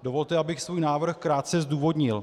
Dovolte, abych svůj návrh krátce zdůvodnil.